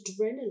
adrenaline